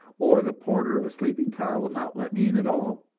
or the porter of a sleeping-car will not let me in at all.